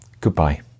Goodbye